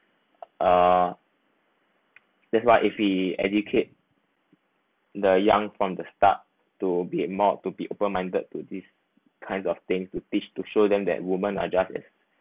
uh that's why if we educate the young from the start to be uh more to be open minded to this kind of thing to teach to show them that women are just as